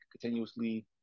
continuously